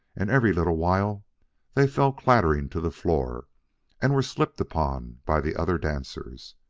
and every little while they fell clattering to the floor and were slipped upon by the other dancers.